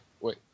wait